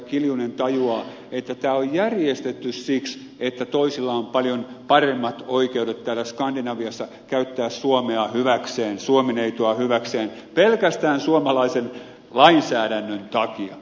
kiljunen tajuaa että tämä on järjestetty siksi että toisilla on paljon paremmat oikeudet täällä skandinaviassa käyttää suomea hyväkseen suomi neitoa hyväkseen pelkästään suomalaisen lainsäädännön takia